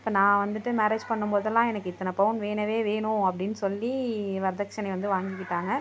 இப்போ நான் வந்துட்டு மேரேஜ் பண்ணும்போதெல்லாம் எனக்கு இத்தனை பவுன் வேணவே வேணும் அப்டின்னு சொல்லி வரதட்சணை வந்து வாங்கிக்கிட்டாங்க